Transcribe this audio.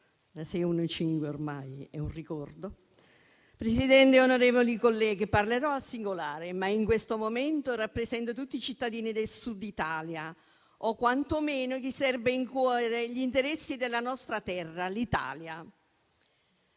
n. 615 ormai è un ricordo. Parlerò al singolare, ma in questo momento rappresento tutti i cittadini del Sud Italia, o quantomeno chi serba in cuore gli interessi della nostra terra, l'Italia.